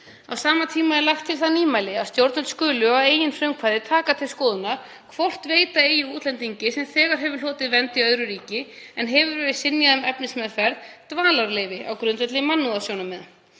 Á sama tíma er lagt til það nýmæli að stjórnvöld skulu að eigin frumkvæði taka til skoðunar hvort veita eigi útlendingi sem þegar hefur hlotið vernd í öðru ríki, en hefur verið synjað um efnismeðferð, dvalarleyfi á grundvelli mannúðarsjónarmiða.